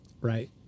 Right